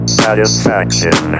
satisfaction